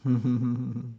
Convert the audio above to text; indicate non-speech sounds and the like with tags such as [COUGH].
[LAUGHS]